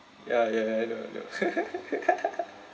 ya ya ya I know I know